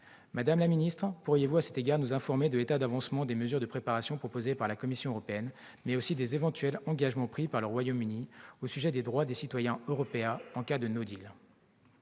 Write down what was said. Madame la ministre, pourriez-vous nous informer de l'état d'avancement des mesures de préparation proposées par la Commission européenne, mais aussi des éventuels engagements pris par le Royaume-Uni au sujet des droits des citoyens européens en cas de ? Ne